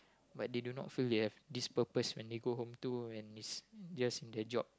but they do not feel they have this purpose when they go home to when is just in their job